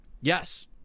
Yes